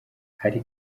hari